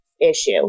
issue